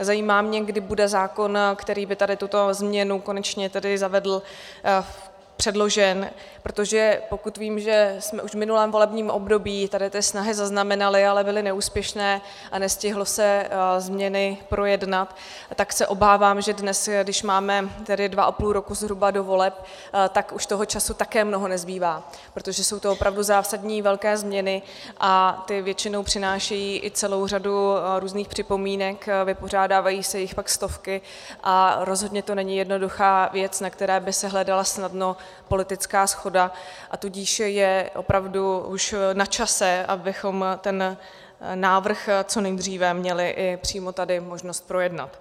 A zajímá mě, kdy bude zákon, který by tuto změnu konečně zavedl, předložen, protože pokud vím, že jsme už v minulém volebním období tady ty snahy zaznamenaly, ale byly neúspěšné a nestihly se změny projednat, tak se obávám, že dnes, když máme tedy dva a půl roku zhruba do voleb, tak už toho času také mnoho nezbývá, protože jsou to opravdu zásadní velké změny a ty většinou přinášejí i celou řadu různých připomínek, vypořádávají se jich pak stovky a rozhodně to není jednoduchá věc, na které by se hledala snadno politická shoda, a tudíž je opravdu už načase, abychom ten návrh co nejdříve měli i přímo tady možnost projednat.